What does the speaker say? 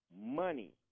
money